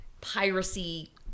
piracy